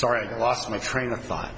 sorry lost my train of thought